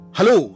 Hello